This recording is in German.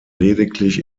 lediglich